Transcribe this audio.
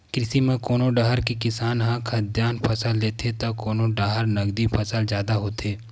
कृषि म कोनो डाहर के किसान ह खाद्यान फसल लेथे त कोनो डाहर नगदी फसल जादा होथे